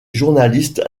journaliste